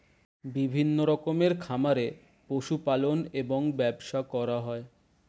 বিভিন্ন রকমের খামারে পশু পালন এবং ব্যবসা করা হয়